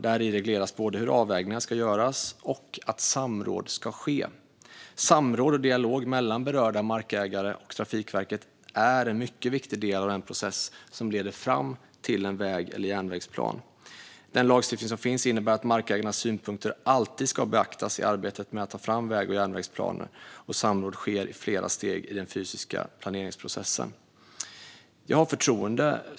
Däri regleras både hur avvägningar ska göras och att samråd ska ske. Samråd och dialog mellan berörda markägare och Trafikverket är en mycket viktig del av den process som leder fram till en väg eller järnvägsplan. Den lagstiftning som finns innebär att markägarnas synpunkter alltid ska beaktas i arbetet med att ta fram väg och järnvägsplaner. Samråd sker i flera steg i den fysiska planeringsprocessen. Herr talman!